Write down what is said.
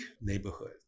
neighborhood